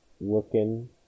looking